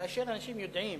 כאשר אנשים יודעים